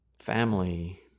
Family